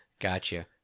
gotcha